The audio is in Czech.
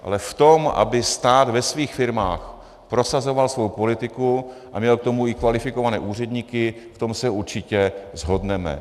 Ale v tom, aby stát ve svých firmách prosazoval svou politiku a měl k tomu i kvalifikované úředníky, v tom se určitě shodneme.